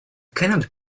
cannot